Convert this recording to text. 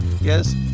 Yes